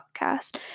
podcast